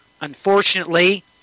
unfortunately